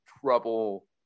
trouble